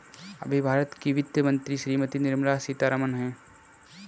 अभी भारत की वित्त मंत्री श्रीमती निर्मला सीथारमन हैं